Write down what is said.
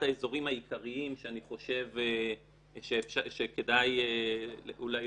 האזורים העיקריים שאני חושב שכדאי אולי